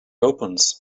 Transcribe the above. opens